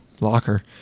locker